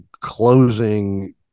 closing